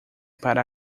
para